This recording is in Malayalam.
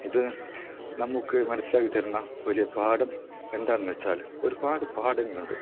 ഇത് നമുക്ക് മനസ്സിലാക്കിത്തരുന്ന ഒരു പാഠം എന്താണെന്ന് വച്ചാൽ ഒരുപാട് പാഠങ്ങളുണ്ട്